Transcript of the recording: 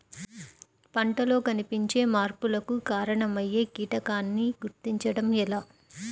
పంటలలో కనిపించే మార్పులకు కారణమయ్యే కీటకాన్ని గుర్తుంచటం ఎలా?